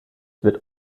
wird